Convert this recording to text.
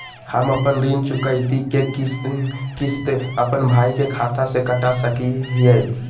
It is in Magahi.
हम अपन ऋण चुकौती के किस्त, अपन भाई के खाता से कटा सकई हियई?